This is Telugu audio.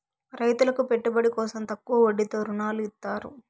రైతులకు పెట్టుబడి కోసం తక్కువ వడ్డీతో ఋణాలు ఇత్తారు